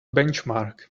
benchmark